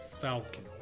falcon